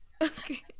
Okay